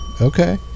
Okay